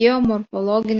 geomorfologinis